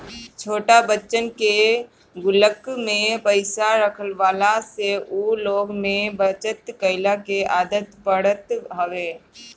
छोट बच्चन के गुल्लक में पईसा रखवला से उ लोग में बचत कइला के आदत पड़त हवे